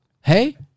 Hey